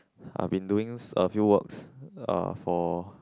I've been doing a few works uh for